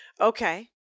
Okay